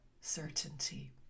certainty